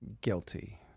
Guilty